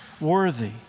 worthy